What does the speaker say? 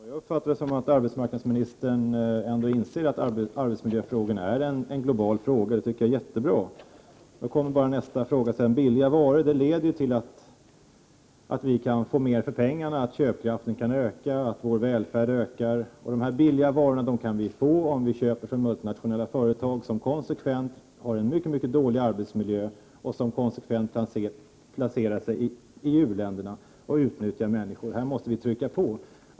Herr talman! Jag uppfattar arbetsmarknadsministern så att hon inser att arbetsmiljöfrågorna är en global angelägenhet, och det tycker jag är jättebra. Men då kommer nästa fråga. Billiga varor leder ju till att vi kan få mer för pengarna, att köpkraften kan öka och att vår välfärd förbättras. Dessa billiga varor kan vi köpa från multinationella företag som konsekvent har mycket dålig arbetsmiljö och likaledes konsekvent placerar sin verksamhet i u-länderna och utnyttjar människor. Här måste vi utöva påtryckningar.